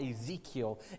Ezekiel